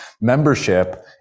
membership